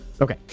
Okay